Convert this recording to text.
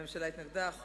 הממשלה התנגדה, נכון.